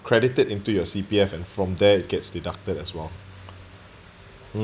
credited into your C_P_F and from there it gets deducted as well hmm